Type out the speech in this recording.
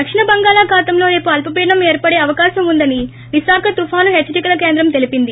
దక్షిణ బంగాళాఖాతంలో రేపు అల్సపీడనం ఏర్పడే అవకాశం ఉందని విశాఖ తుపాను హెచ్చరికల కేంద్రం తెలిపింది